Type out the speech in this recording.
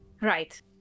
Right